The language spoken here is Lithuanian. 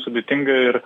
sudėtinga ir